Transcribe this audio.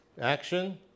Action